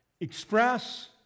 Express